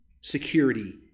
security